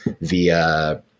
via